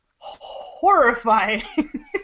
horrifying